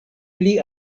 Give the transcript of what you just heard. pli